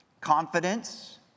confidence